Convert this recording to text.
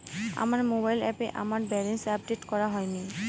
আমার মোবাইল অ্যাপে আমার ব্যালেন্স আপডেট করা হয়নি